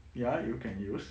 ya you can use